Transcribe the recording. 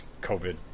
COVID